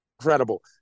incredible